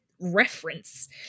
reference